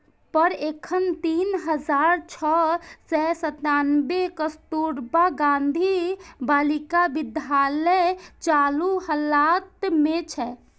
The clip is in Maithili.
पर एखन तीन हजार छह सय सत्तानबे कस्तुरबा गांधी बालिका विद्यालय चालू हालत मे छै